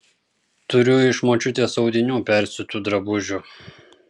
turiu iš močiutės audinių persiūtų drabužių